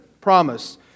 promise